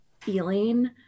feeling